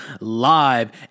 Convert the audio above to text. live